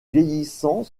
vieillissant